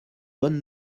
bonne